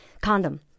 condom